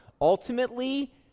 Ultimately